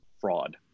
fraud